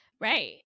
right